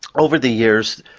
over the years,